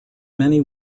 many